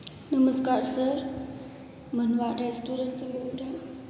नमस्कार sir Manwada restaurant से बोल रहे हो